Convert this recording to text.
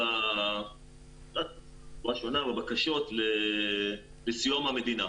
בבקשות לסיוע מהמדינה.